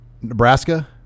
Nebraska